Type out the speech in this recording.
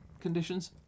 conditions